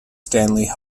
stanley